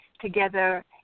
together